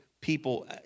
people